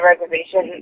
reservation